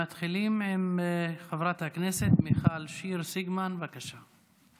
מתחילים עם חברת הכנסת מיכל שיר סגמן, בבקשה.